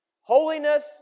holiness